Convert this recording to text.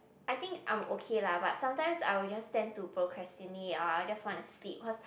I think I'm okay lah but sometimes I will just tend to procrastinate I just want to sleep cause